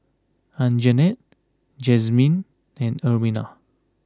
Anjanette Jazmin and Ermina